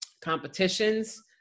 competitions